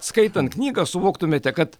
skaitant knygą suvoktumėte kad